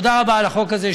תודה רבה על החוק הזה,